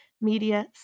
media